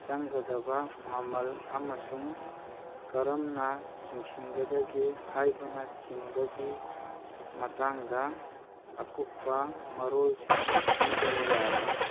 ꯆꯪꯒꯗꯕ ꯃꯃꯜ ꯑꯃꯁꯨꯡ ꯀꯔꯝꯅ ꯆꯤꯡꯁꯤꯟꯒꯗꯒꯦ ꯍꯥꯏꯕꯅꯆꯤꯡꯕꯒꯤ ꯃꯇꯥꯡꯗ ꯑꯀꯨꯞꯄ ꯃꯔꯣꯜꯁꯤꯡ ꯄꯤꯕ ꯌꯥꯕ꯭ꯔꯥ